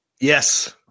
yes